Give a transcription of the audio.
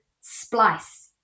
splice